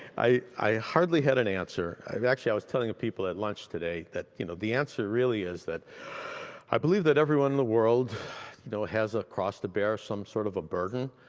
i i hardly had an answer. i've actually i was telling people at lunch today that you know the answer really is that i believe that everyone in the world you know has a cross to bear, some sort of a burden,